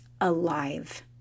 alive